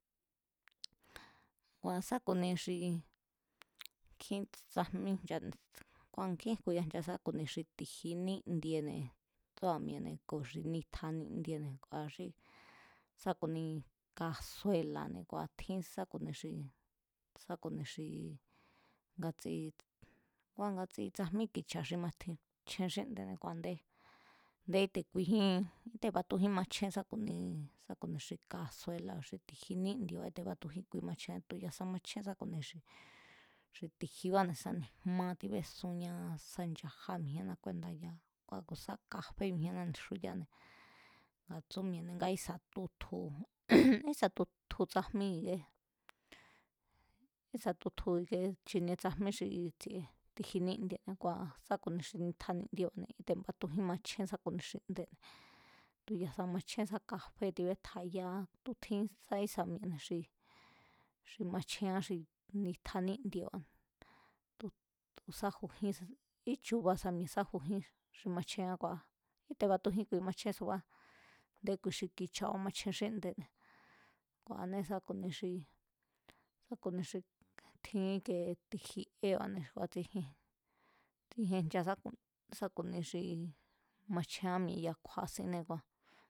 Kua̱ sá ku̱ni xi ikie nkjín tsajmí ncha, kua̱ nkjín jku̱ya sá ku̱ni xi ti̱ji níndiene̱ tsúa̱ mi̱e̱ ku̱ xi nitja nindiene̱ ku̱a̱axí sa ku̱ni xi kasuela̱ne̱ ku̱a̱tjin sá ku̱ni xi, sá ku̱ni xi ngatsi ngua̱ ngatsi kua̱ tsajmí ki̱cha̱ xi matjin, xi machjen xí nde̱ne̱, a̱nde íte̱ kuijín i̱te̱ matujín machjen sá ku̱ni, sá ku̱ni xi kasuela̱ba̱ xi ti̱ji níndieba̱ kíte̱batujín kui machjén tu̱ ya̱sa machjén sa ku̱ni ti̱jibáne̱ sá ni̱jmá, sá ni̱jma tíbesúán, sa nchajá mijíénná kúendáyaá ku̱ sá kafé mijíénná ni̱xuyáanée̱ a̱ tsú mi̱e̱ne̱ nga ísa̱ tutju ísa̱ tutju tsajmí i̱kie, ísa̱ tutju i̱kie chinie tsajmí xi tsi̱e̱ ti̱ji níndie kua̱ sá ku̱ni xi nitja nindieba̱ne̱ te̱ matujín machjén sá ku̱ni xi nde̱ tu̱ ya̱sa machjén sá kafé tibétjayáá, tu̱ tjinsaísa mi̱e̱ne̱ xi machjeán xi nitja nindieba̱ tu̱ sájujínsa, íchuba mi̱e̱ sajujín xi machjeán kua̱ kíte̱ batujín kui machjén subá, a̱ndé kui xi kícha̱ba̱ machjen xí nde̱ne̱ ku̱a̱anée̱ sa ku̱ni xi sá ku̱ni xi, tjin íke ti̱ji eba̱ne̱ xi kúátsíjien, tsijien ncha sá ku̱ni xi machjeán mi̱e̱ ya̱a kju̱a̱ sinnée̱ kua̱